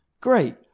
Great